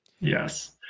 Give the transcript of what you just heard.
Yes